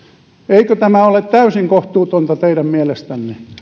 eikö tämä ole täysin kohtuutonta teidän mielestänne